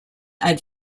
add